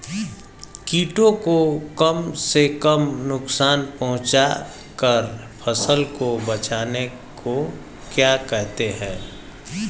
कीटों को कम से कम नुकसान पहुंचा कर फसल को बचाने को क्या कहते हैं?